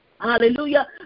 hallelujah